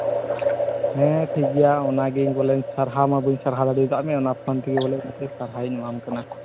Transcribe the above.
ᱦᱮᱸ ᱴᱷᱤᱠ ᱜᱮᱭᱟ ᱚᱱᱟᱜᱮ ᱵᱚᱞᱮ ᱥᱟᱨᱦᱟᱣ ᱢᱟ ᱵᱟᱹᱧ ᱥᱟᱨᱦᱟᱣ ᱫᱟᱲᱮ ᱠᱟᱜ ᱢᱮ ᱚᱱᱟ ᱥᱟᱶ ᱜᱮ ᱵᱚᱞᱮ ᱟᱹᱰᱤ ᱥᱟᱨᱦᱟᱣ ᱤᱧ ᱮᱢᱟᱢ ᱠᱟᱱᱟ